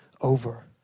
over